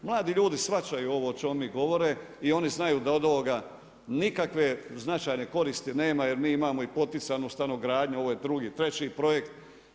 Mladi ljudi shvaćaju ovo o čemu oni govore i oni znaju da od ovoga nikakve značajne koristi nema jer mi imamo i poticanu stanogradnju, ovo je 2., 3. projekt.